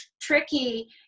tricky